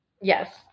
Yes